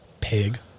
pig